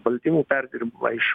baltymų perdirbimą iš